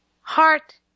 Heart